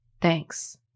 Thanks